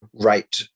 Right